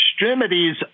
extremities